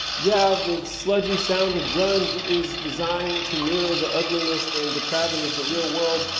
yeah the sludgy sound of grunge is designed to mirror the ugliness and depravity of the real world,